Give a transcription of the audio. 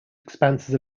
expanses